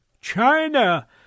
China